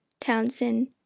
Townsend